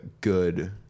good